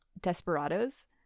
Desperados